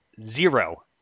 zero